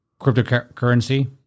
cryptocurrency